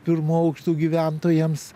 pirmo aukšto gyventojams